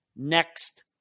next